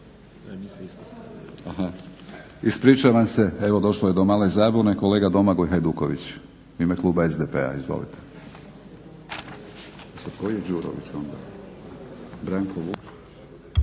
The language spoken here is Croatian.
Ispričavam se, evo došlo je do male zabune. Kolega Domagoj Hajduković u ime kluba SDP-a. Izvolite. **Hajduković, Domagoj